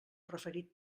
referit